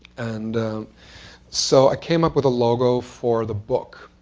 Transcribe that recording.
and so i came up with a logo for the book.